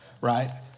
right